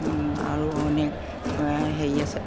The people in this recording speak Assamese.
আৰু অনেক হেৰি আছে